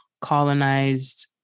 colonized